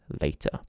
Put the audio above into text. later